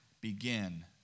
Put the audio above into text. begin